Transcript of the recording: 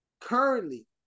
currently